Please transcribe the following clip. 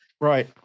Right